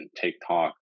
tiktok